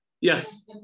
Yes